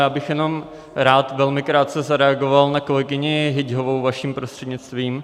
Já bych jenom rád velmi krátce zareagoval na kolegyni Hyťhovou, vaším prostřednictvím.